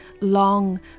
Long